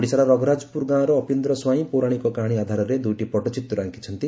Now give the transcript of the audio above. ଓଡିଶାର ରଘୁରାଜପୁର ଗାଁର ଅପିନ୍ଦ ସ୍ୱାଇଁ ପୌରାଣିକ କାହାଶୀ ଆଧାରରେ ଦୁଇଟି ପଟ୍ଟଚିତ୍ର ଆଙ୍କିଛନ୍ତି